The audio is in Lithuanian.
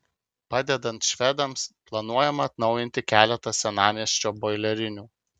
padedant švedams planuojama atnaujinti keletą senamiesčio boilerinių